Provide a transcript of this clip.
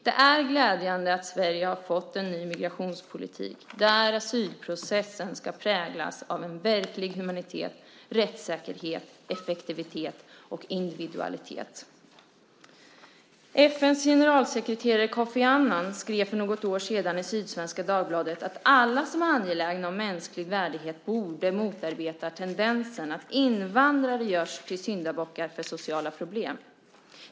Det är glädjande att Sverige har fått en ny migrationspolitik där asylprocessen ska präglas av verklig humanitet, rättssäkerhet, effektivitet och individualitet. FN:s generalsekreterare Kofi Annan skrev för något år sedan i Sydsvenska Dagbladet: Alla som är angelägna om mänsklig värdighet borde motarbeta tendensen att invandrare görs till syndabockar för sociala problem.